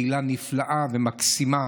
קהילה נפלאה ומקסימה